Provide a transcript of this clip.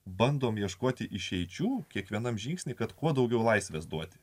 bandom ieškoti išeičių kiekvienam žingsnyje kad kuo daugiau laisvės duoti